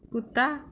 ਕੁੱਤਾ